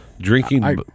drinking